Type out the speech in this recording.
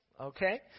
okay